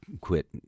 Quit